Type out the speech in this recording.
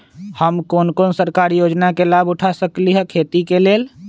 हम कोन कोन सरकारी योजना के लाभ उठा सकली ह खेती के लेल?